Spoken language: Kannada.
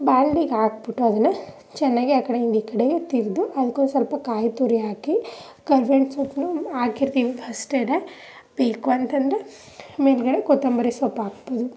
ಬಾಣಲಿಗೆ ಹಾಕ್ಬಿಟ್ಟು ಅದನ್ನು ಚೆನ್ನಾಗಿ ಆ ಕಡೆಯಿಂದ ಈ ಕಡೆಗೆ ತಿರ್ದು ಅದಕ್ಕೊಂದು ಸ್ವಲ್ಪ ಕಾಯಿ ತುರಿ ಹಾಕಿ ಕರ್ಬೇವಿನ ಸೊಪ್ಪನ್ನು ಹಾಕಿರ್ತೀವಿ ಫಸ್ಟೆನೇ ಬೇಕು ಅಂತ ಅಂದ್ರೆ ಮೇಲುಗಡೆ ಕೊತ್ತಂಬರಿ ಸೊಪ್ಪು ಹಾಕ್ಬೋದು